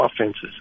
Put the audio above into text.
offenses